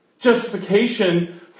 Justification